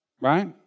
Right